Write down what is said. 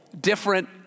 different